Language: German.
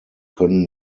können